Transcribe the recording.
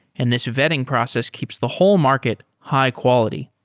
and this vetting process keeps the whole market high-quality.